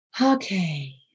Okay